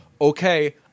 okay